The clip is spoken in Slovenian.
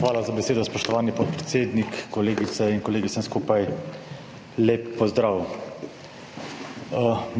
hvala za besedo, spoštovani podpredsednik. Kolegice in kolegi, vsem skupaj lep pozdrav.